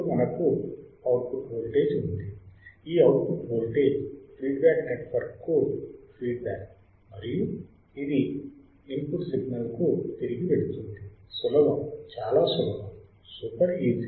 అప్పుడు మనకు output voltage ఉంది ఈ అవుట్పుట్ వోల్టేజ్ ఫీడ్ బ్యాక్ నెట్వర్క్కు ఫీడ్బ్యాక్ మరియు ఇది ఇన్పుట్ సిగ్నల్కు తిరిగి వెళుతుంది సులభం చాలా సులభం సూపర్ ఈజీ